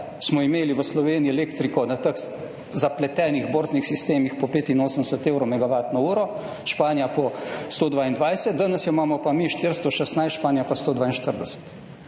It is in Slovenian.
smo imeli v Sloveniji elektriko na teh zapletenih borznih sistemih po 85 evrov megavatno uro, Španija po 122, danes jo imamo pa mi 416, Španija pa 142.